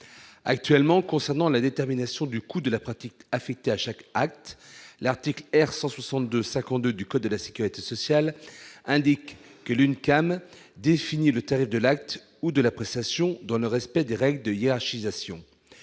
actuellement concernant la détermination du coût de la pratique affectés à chaque acte, l'article R-162 52 du code de la Sécurité sociale, indique que l'une canne défini le thème de l'acte ou de l'appréciation dans le respect des règles de hiérarchisation